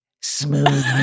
Smooth